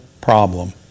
problem